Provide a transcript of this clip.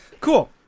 Cool